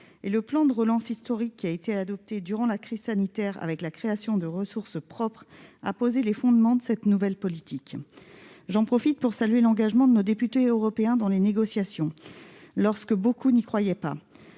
le plan de relance historique adopté durant la crise sanitaire, doté de ressources propres, a posé les fondements de cette nouvelle politique. J'en profite pour saluer l'engagement de nos députés européens dans les négociations, lorsque beaucoup n'y croyaient pas.